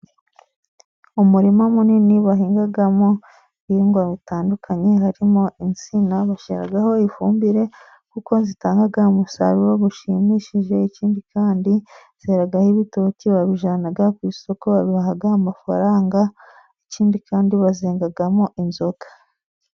Umurima munini bahingamo ibihingwa bitandukanye, harimo insina bashyiraho ifumbire, kuko zitanga umusaruro ushimishije, ikindi kandi byeraho ibitoki babijyana ku isoko babaha amafaranga, ikindi kandi bazengamo inzoga.